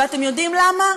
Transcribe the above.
ואתם יודעים למה?